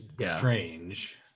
strange